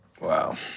Wow